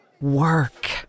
Work